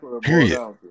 Period